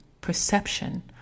perception